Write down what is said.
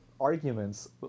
arguments